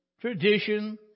tradition